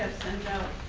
sent out